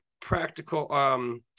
practical